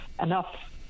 enough